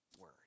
word